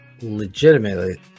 legitimately